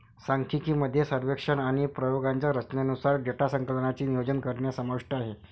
सांख्यिकी मध्ये सर्वेक्षण आणि प्रयोगांच्या रचनेनुसार डेटा संकलनाचे नियोजन करणे समाविष्ट आहे